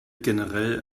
generell